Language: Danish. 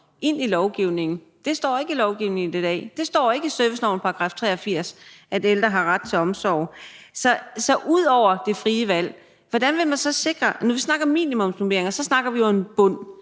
ind i lovgivningen. Det står ikke i lovgivningen i dag. Det står ikke i servicelovens § 83, at ældre har ret til omsorg. Så ud over det frie valg, hvordan vil man sikre det? Når vi snakker om minimumsnormeringer, snakker vi jo om en bund.